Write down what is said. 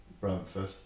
Brentford